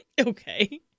okay